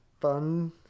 Fun